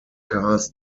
cars